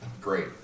Great